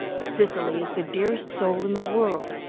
cicely is the dearest soul in the world,